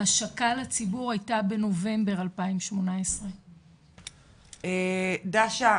ההשקה לציבור הייתה בנובמבר 2018. דאשה,